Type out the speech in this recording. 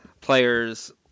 players